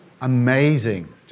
Amazing